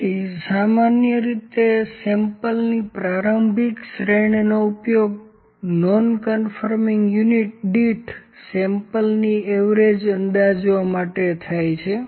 તેથી સામાન્ય રીતે સેમ્પલની પ્રારંભિક શ્રેણીનો ઉપયોગ નોન કન્ફોર્મિંગ યુનિટ દીઠ સેમ્પલની એવરેજ અંદાજવા માટે થાય છે